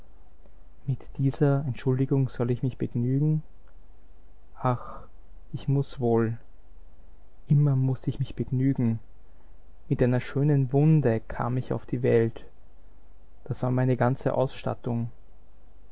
mit dieser entschuldigung soll ich mich begnügen ach ich muß wohl immer muß ich mich begnügen mit einer schönen wunde kam ich auf die welt das war meine ganze ausstattung